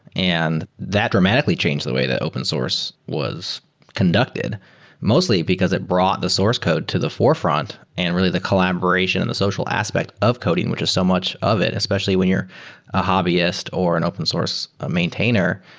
and that dramatically changed the way that open source was conducted mostly because it brought the source code to the forefront and really the collaboration and the social aspect of coding, which is so much of it. especially when you're a hobbyist or an open source maintainer,